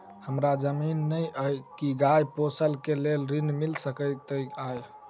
हमरा जमीन नै अई की गाय पोसअ केँ लेल ऋण मिल सकैत अई?